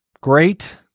Great